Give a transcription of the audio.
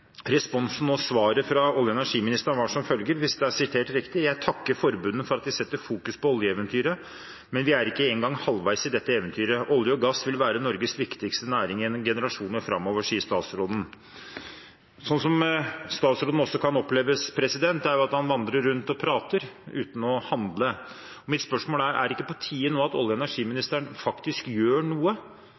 Responsen og svaret fra olje- og energiministeren var som følger, hvis det er sitert riktig: «Jeg takker forbundene for at de setter fokus på oljeeventyret, men vi er ikke engang halvveis i dette eventyret. Olje og gass vil være Norges viktigste næring i generasjoner fremover, sier statsråden.» Statsråden kan oppleves som at han vandrer rundt og prater, uten å handle. Mitt spørsmål er: Er det ikke nå på tide at olje- og energiministeren faktisk gjør noe